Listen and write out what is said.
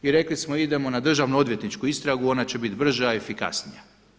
I rekli smo idemo na državno odvjetničku istragu, ona će biti brža i efikasnija.